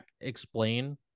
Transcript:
explain